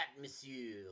monsieur